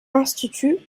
institut